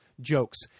jokes